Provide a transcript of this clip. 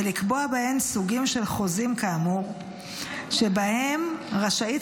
ולקבוע בהן סוגים של חוזים כאמור שבהם רשאית